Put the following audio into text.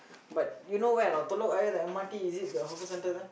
but you know where or not Telok-Ayer the M_R_T is it the hawker centre there